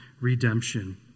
redemption